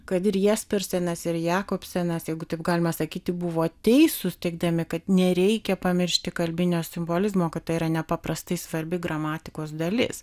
kad ir jespersenas ir jakobsonas jeigu taip galima sakyti buvo teisūs teigdami kad nereikia pamiršti kalbinio simbolizmo kad tai yra nepaprastai svarbi gramatikos dalis